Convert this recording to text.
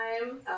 time